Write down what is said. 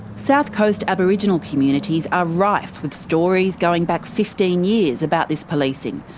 south coast aboriginal communities are rife with stories going back fifteen years about this policing,